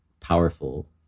powerful